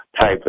type